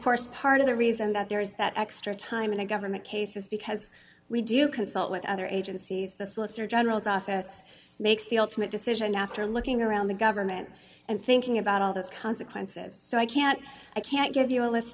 course part of the reason that there is that extra time in a government case is because we do consult with other agencies the solicitor general's office makes the ultimate decision after looking around the government and thinking about all those consequences so i can't i can't give you a li